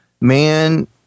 man